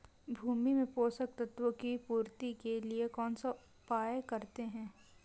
भूमि में पोषक तत्वों की पूर्ति के लिए कौनसा उपाय करते हैं?